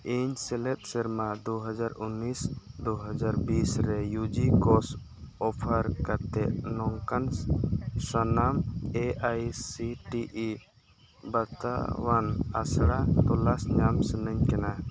ᱤᱧ ᱥᱮᱞᱮᱫ ᱥᱮᱨᱢᱟ ᱫᱩ ᱦᱟᱡᱟᱨ ᱩᱱᱤᱥ ᱫᱩ ᱦᱟᱡᱟᱨ ᱵᱤᱥ ᱨᱮ ᱤᱭᱩ ᱡᱤ ᱠᱳᱨᱥ ᱚᱯᱷᱟᱨ ᱠᱟᱛᱮᱫ ᱱᱚᱝᱠᱟᱱ ᱥᱟᱱᱟᱢ A I C T E ᱵᱟᱛᱟᱣᱟᱱ ᱟᱥᱲᱟ ᱛᱚᱞᱟᱥ ᱧᱟᱢ ᱥᱟᱹᱱᱟᱹᱧ ᱠᱟᱱᱟ